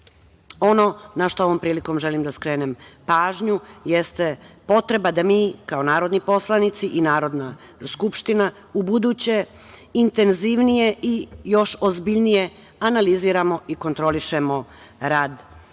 na šta ovom prilikom želim da skrenem pažnju, jeste potreba da mi kao narodni poslanici Narodna skupština u buduće intenzivnije i još ozbiljnije analiziramo i kontrolišemo rad